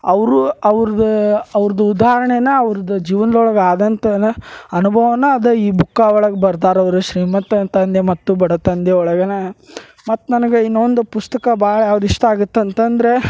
ಅವರು ಅವ್ರ್ದ ಅವ್ರ್ದ ಉದಾಹರ್ಣೆನ ಅವ್ರ್ದ ಜೀವನ್ದೊಳಗೆ ಆದಂಥ ಅನುಭವನ ಅದ ಈ ಬುಕ್ಕಾ ಒಳಗೆ ಬರ್ದಾರೆ ಅವ್ರು ಶ್ರೀಮಂತ ತಂದೆ ಮತ್ತು ಬಡ ತಂದೆ ಒಳಗನ ಮತ್ತು ನನಗೆ ಇನ್ನೊಂದು ಪುಸ್ತಕ ಭಾಳ ಯಾವ್ದು ಇಷ್ಟ ಆಗತಂತಂದರೆ